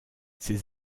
ses